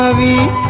the